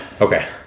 Okay